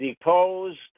deposed